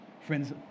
Friends